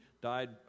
died